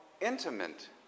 intimate